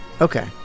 okay